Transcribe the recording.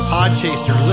Podchaser